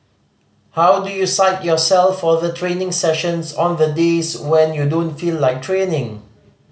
how do you psych yourself for the training sessions on the days when you don't feel like training